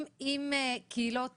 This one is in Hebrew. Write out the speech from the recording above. אם יש קהילות